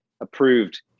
approved